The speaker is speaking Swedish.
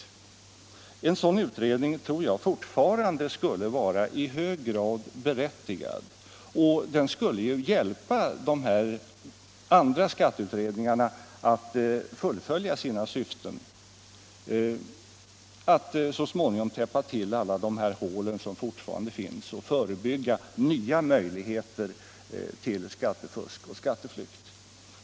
Jag tror fortfarande att en sådan utredning skulle vara i hög grad berättigad. Den skulle ju hjälpa de andra skatteutredningarna att fullfölja sina syften att så småningom täppa till alla de här hålen som fortfarande finns och förebygga nya möjligheter till skattefusk och skatteflykt.